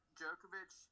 Djokovic